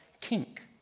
kink